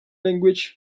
language